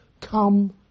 come